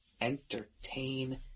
entertain